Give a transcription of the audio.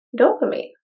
dopamine